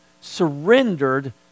surrendered